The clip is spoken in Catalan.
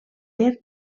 per